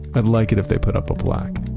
i'd like it if they put up a plaque